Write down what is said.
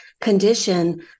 condition